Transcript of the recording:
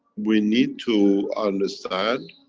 we need to understand,